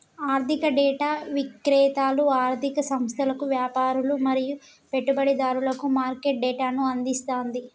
ఆర్థిక డేటా విక్రేతలు ఆర్ధిక సంస్థలకు, వ్యాపారులు మరియు పెట్టుబడిదారులకు మార్కెట్ డేటాను అందిస్తది